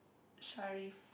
Sharif